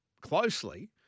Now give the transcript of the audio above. closely